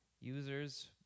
users